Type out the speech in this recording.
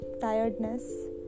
tiredness